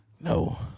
No